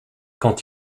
quand